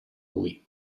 lui